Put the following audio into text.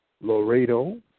Laredo